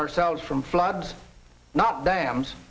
ourselves from floods not dams